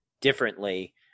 differently